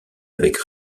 avec